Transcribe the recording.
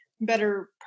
better